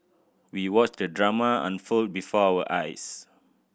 we watched the drama unfold before our eyes